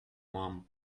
mum